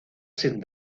sin